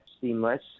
seamless